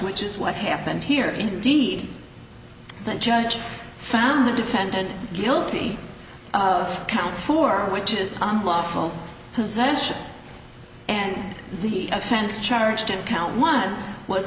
which is what happened here indeed the judge found the defendant guilty of count four which is unlawful possession and the offense charged in count one was